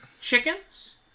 chickens